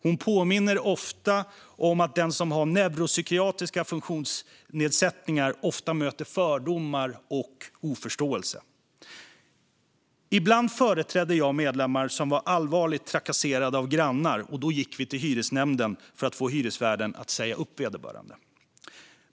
Hon påminner ofta om att de som har neuropsykiatriska funktionsnedsättningar ofta möter fördomar och oförståelse. Ibland företrädde jag medlemmar som var allvarligt trakasserade av grannar. Då gick vi till hyresnämnden för att få hyresvärden att säga upp vederbörande.